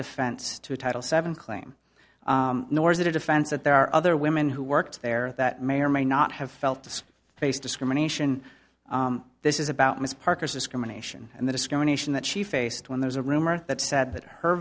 defense to a title seven claim nor is it a defense that there are other women who worked there that may or may not have felt to face discrimination this is about ms parker's discrimination and the discrimination that she faced when there's a rumor that said that her